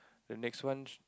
the next one